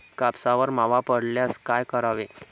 कापसावर मावा पडल्यास काय करावे?